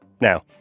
Now